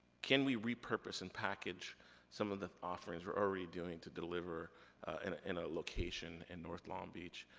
can we repurpose and package some of the offerings we're already doing to deliver and in a location in north long beach.